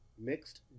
Mixed